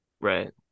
Right